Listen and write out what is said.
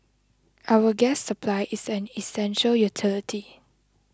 our gas supply is an essential utility